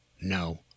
no